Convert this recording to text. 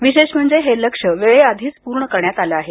विशेष म्हणजे हे लक्ष्य वेळेआधीच पूर्ण करण्यात आल आहे